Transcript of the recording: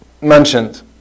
mentioned